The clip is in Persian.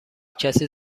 کسی